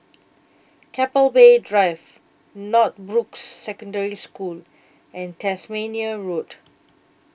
Keppel Bay Drive Northbrooks Secondary School and Tasmania Road